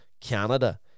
Canada